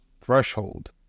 threshold